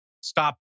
stop